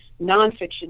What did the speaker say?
nonfiction